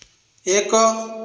ଏକ